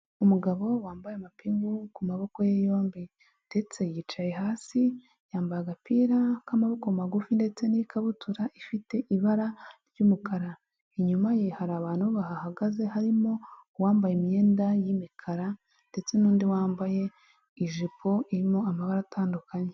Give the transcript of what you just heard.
Umugabo wambaye amapingu ku maboko ye yombi ndetse yicaye hasi, yambaye agapira k'amaboko magufi ndetse n'ikabutura ifite ibara ry'umukara. Inyuma ye harira abantu bahagaze harimo uwambaye imyenda y'imikara ndetse n'undi wambaye ijipo irimo amabara atandukanye.